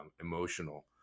emotional